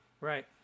Right